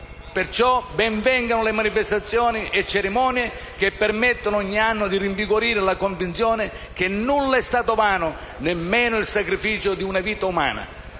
Perciò ben vengano manifestazioni e cerimonie che permettano ogni anno di rinvigorire la convinzione che nulla è stato vano, nemmeno il sacrificio di una vita umana.